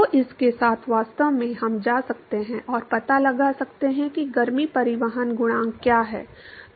तो इसके साथ वास्तव में हम जा सकते हैं और पता लगा सकते हैं कि गर्मी परिवहन गुणांक क्या है